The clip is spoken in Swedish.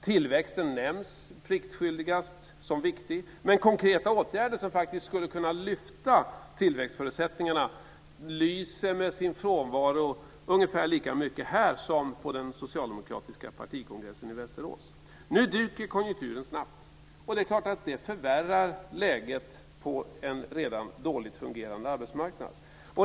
Tillväxten nämns pliktskyldigast som viktig, men konkreta åtgärder som faktiskt skulle kunna lyfta tillväxtförutsättningarna lyser med sin frånvaro ungefär lika mycket här som på den socialdemokratiska partikongressen i Västerås. Nu dyker konjunkturen snabbt, och det är klart att det förvärrar läget på en redan dåligt fungerande arbetsmarknad.